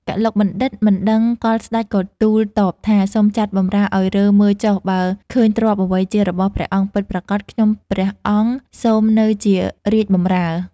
កឡុកបណ្ឌិត មិនដឹងកលស្ដេចក៏ទូល តបថា សូមចាត់បម្រើឲ្យរើមើលចុះបើឃើញទ្រព្យអ្វីជារបស់ព្រះអង្គពិតប្រាកដខ្ញុំព្រះអង្គ សូមនៅជារាជបម្រើ។